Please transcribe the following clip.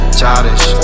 childish